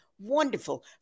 wonderful